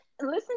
Listen